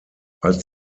als